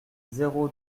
zéro